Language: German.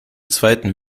zweiten